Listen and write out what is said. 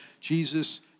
Jesus